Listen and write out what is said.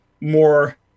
more